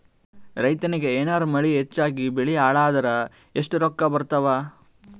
ರೈತನಿಗ ಏನಾರ ಮಳಿ ಹೆಚ್ಚಾಗಿಬೆಳಿ ಹಾಳಾದರ ಎಷ್ಟುರೊಕ್ಕಾ ಬರತ್ತಾವ?